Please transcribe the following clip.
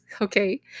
okay